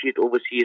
overseas